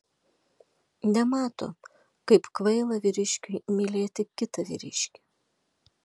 nemato kaip kvaila vyriškiui mylėti kitą vyriškį